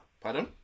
Pardon